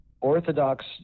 Orthodox